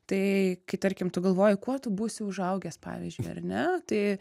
tai kai tarkim tu galvoji kuo tu būsi užaugęs pavyzdžiui ar ne tai